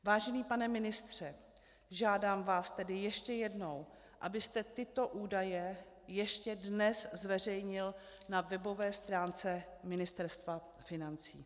Vážený pane ministře, žádám vás tedy ještě jednou, abyste tyto údaje ještě dnes zveřejnil na webové stránce Ministerstva financí.